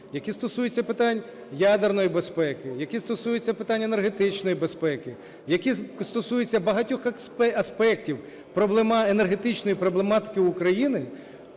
які стосуються питань ядерної безпеки, які стосуються питань енергетичної безпеки, які стосуються багатьох аспектів енергетичної проблематики України,